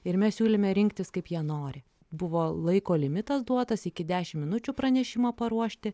ir mes siūlėme rinktis kaip jie nori buvo laiko limitas duotas iki dešim minučių pranešimą paruošti